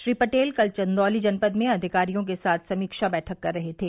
श्री पटेल कल चंदौली जनपद में अधिकारियों के साथ समीक्षा बैठक कर रहे थे